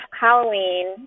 Halloween